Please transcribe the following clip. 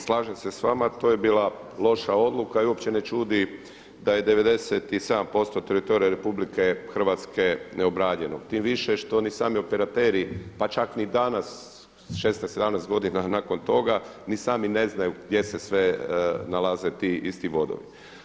Slažem se sa vama, to je bila loša odluka i uopće ne čudi da je 97% teritorija RH neobranjeno tim više što ni sami operateri, pa čak ni danas 16, 17 godina nakon toga ni sami ne znaju gdje se sve nalaze ti isti vodovi.